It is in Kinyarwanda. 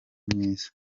myiza